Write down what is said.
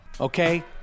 Okay